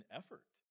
effort